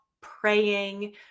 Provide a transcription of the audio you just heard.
praying